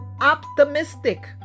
Optimistic